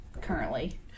currently